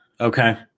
Okay